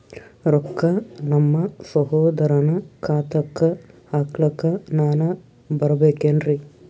ರೊಕ್ಕ ನಮ್ಮಸಹೋದರನ ಖಾತಾಕ್ಕ ಹಾಕ್ಲಕ ನಾನಾ ಬರಬೇಕೆನ್ರೀ?